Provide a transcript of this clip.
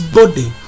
body